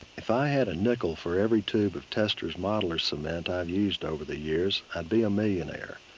if i had a nickel for every tube of testor's modeler cement i've used over the years, i'd be a millionaire.